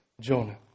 Jonah